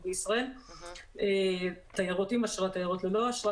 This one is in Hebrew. תיירות ללא אשרה,